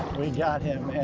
we got him,